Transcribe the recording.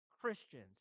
Christians